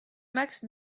max